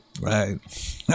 right